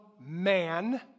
man